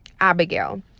Abigail